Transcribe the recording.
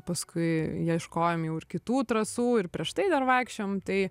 paskui ieškojom jau ir kitų trasų ir prieš tai dar vaikščiojom tai